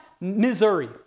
missouri